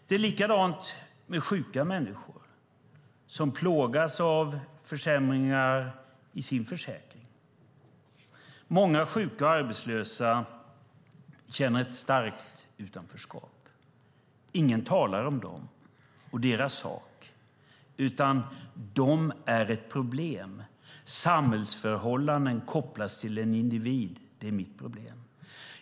Det är likadant med sjuka människor som plågas av försämringar i sin försäkring. Många sjuka och arbetslösa känner ett starkt utanförskap. Ingen talar om dem och deras sak, utan de är ett problem. Samhällsförhållanden kopplas till en individ. Det är mitt problem.